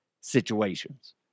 situations